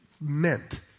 meant